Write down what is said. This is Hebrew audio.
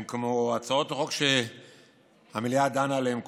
הן כמו הצעות חוק שהמליאה דנה עליהן קודם.